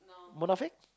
Munafik